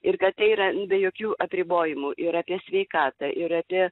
ir kad tai yra be jokių apribojimų ir apie sveikatą ir apie